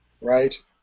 right